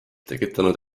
tekitanud